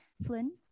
Flynn